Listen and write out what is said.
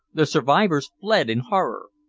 the survivors fled in horror.